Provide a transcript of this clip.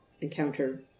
encounter